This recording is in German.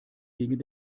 gegen